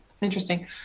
Interesting